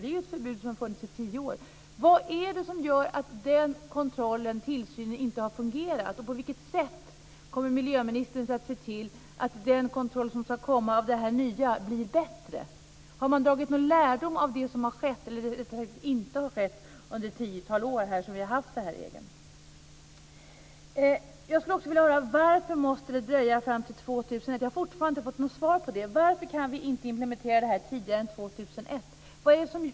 Det är ju ett förbud som har funnits i tio år. Vad är det som gör att den tillsynen inte har fungerat? På vilket sätt kommer miljöministern att se till att den nya kontroll som ska komma blir bättre? Har man dragit lärdom av det som har skett, eller rättare sagt inte har skett, under det tiotal år som vi har haft den här regeln? Jag skulle också vilja höra: Varför måste det dröja fram till år 2001? Jag har fortfarande inte fått något svar på det. Varför kan vi inte implementera detta tidigare än 2001?